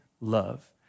love